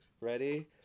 ready